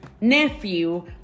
nephew